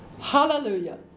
Hallelujah